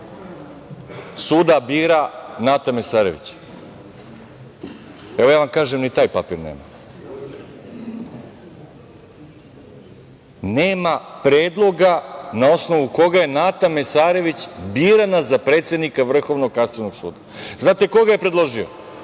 suda bira Nata Mesarović? Evo, ja vam kažem - ni taj papir nema. Nema predloga na osnovu koga je Nata Mesarović birana za predsednika Vrhovnog kasacionog suda. Znate ko je predložio